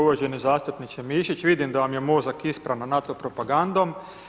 Uvaženi zastupniče Mišić vidim da vam je mozak ispran NATO propagandom.